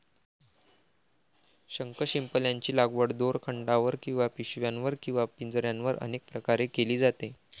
शंखशिंपल्यांची लागवड दोरखंडावर किंवा पिशव्यांवर किंवा पिंजऱ्यांवर अनेक प्रकारे केली जाते